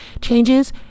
changes